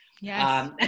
Yes